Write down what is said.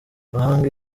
bahanga